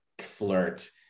flirt